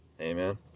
Amen